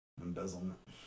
embezzlement